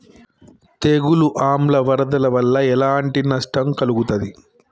తెగులు ఆమ్ల వరదల వల్ల ఎలాంటి నష్టం కలుగుతది?